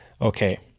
okay